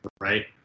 right